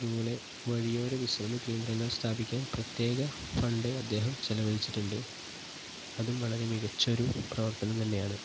അതുപോലെ വഴിയോര വിശ്രമ കേന്ദ്രങ്ങൾ സ്ഥാപിക്കാൻ പ്രത്യേക ഫണ്ട് അദ്ദേഹം ചിലവഴിച്ചിട്ടുണ്ട് അതും വളരെ മികച്ച ഒരു പ്രവർത്തനം തന്നെയാണ്